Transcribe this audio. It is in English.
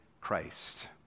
Christ